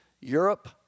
Europe